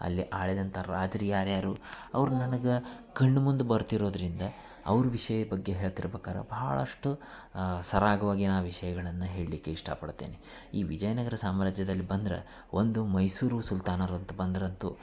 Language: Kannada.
ಅಲ್ಲಿ ಆಳಿದಂಥ ರಾಜ್ರು ಯಾರು ಯಾರು ಅವ್ರು ನನಗೆ ಕಣ್ಮುಂದೆ ಬರ್ತಿರೋದರಿಂದ ಅವ್ರ ವಿಷಯದ ಬಗ್ಗೆ ಹೇಳ್ತಿರ್ಬೇಕಾರೆ ಭಾಳಷ್ಟು ಸರಾಗವಾಗಿ ಆ ವಿಷಯಗಳನ್ನು ಹೇಳಲಿಕ್ಕೆ ಇಷ್ಟಪಡ್ತೇನೆ ಈ ವಿಜಯನಗರ ಸಾಮ್ರಾಜ್ಯದಲ್ಲಿ ಬಂದ್ರೆ ಒಂದು ಮೈಸೂರು ಸುಲ್ತಾನರು ಅಂತ ಬಂದ್ರಂತೂ